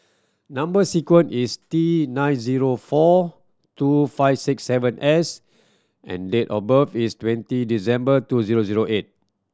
number sequence is T nine zero four two five six seven S and date of birth is twenty December two zero zero eight